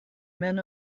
men